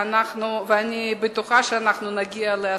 ואני בטוחה שנגיע להסכמות.